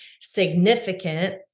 significant